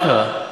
מה קרה?